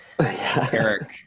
Eric